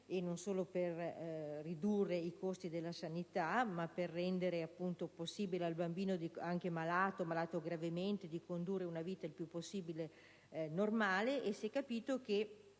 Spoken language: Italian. e non solo per ridurre i costi della sanità, ma per rendere appunto possibile al bambino anche malato gravemente di condurre una vita il più possibile normale e si è capito che